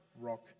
rock